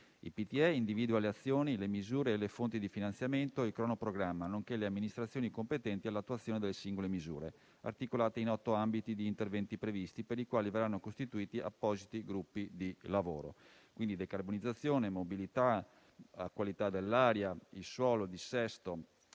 PTE individua le azioni, le misure, le fonti di finanziamento e il cronoprogramma, nonché le amministrazioni competenti all'attuazione delle singole misure, articolate in otto ambiti di intervento previsti, per i quali verranno costituiti appositi gruppi di lavoro: decarbonizzazione, mobilità, qualità dell'aria, suolo, dissesto,